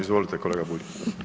Izvolite, kolega Bulj.